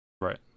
Right